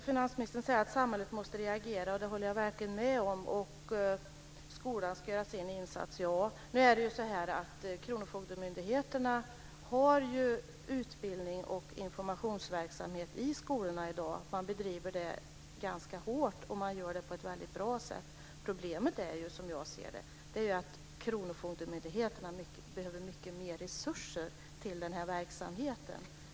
Finansministern säger att samhället måste reagera - det håller jag verkligen med om - och att skolan ska göra sin insats. Nu är det så att kronofogdemyndigheterna bedriver utbildning och informationsverksamhet i skolorna i dag och gör det på ett väldigt bra sätt. Problemet är, som jag ser det, att kronofogdemyndigheterna behöver mycket mer resurser till den här verksamheten.